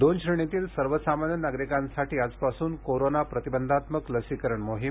दोन श्रेणीतील सर्वसामान्य नागरिकांसाठी आजपासून कोरोना प्रतिबंधात्मक लसीकरण मोहीम